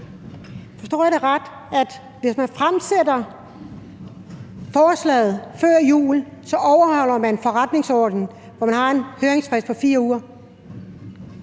Forstår jeg det ret, at hvis man fremsætter forslaget før jul, overholder man forretningsordenen, hvor der er en høringsfrist på 4 uger?